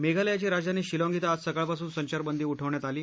मेघालयाची राजधानी शिलॉग क्रिं आज सकाळपासून संचारबंदी उठवण्यात आली